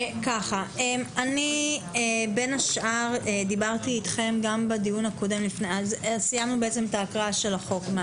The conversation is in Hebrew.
אנחנו סיימנו את ההקראה על החוק.